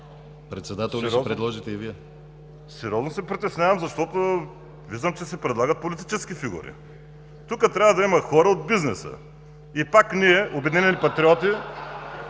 Председател ли ще предложите и Вие? ВАЛЕРИ СИМЕОНОВ: Сериозно се притеснявам, защото виждам, че се предлагат политически фигури. Тук трябва да има хора от бизнеса и пак ние, Обединените патриоти